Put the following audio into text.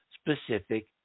specific